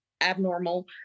abnormal